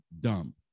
dumb